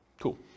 Cool